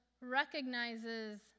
recognizes